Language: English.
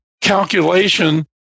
calculation